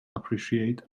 appreciate